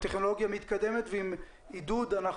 הטכנולוגיה מתקדמת ועם עידוד אנחנו